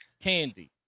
candy